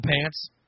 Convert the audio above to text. pants